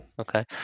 Okay